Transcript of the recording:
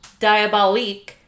Diabolique